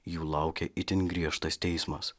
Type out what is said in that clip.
jų laukia itin griežtas teismas